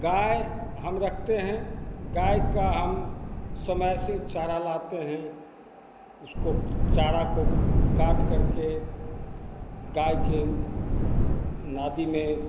गाय हम रखते हैं गाय का हम समय से चारा लाते हैं उसको चारा को काटकर के गाय के नादी में